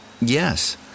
Yes